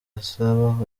asaba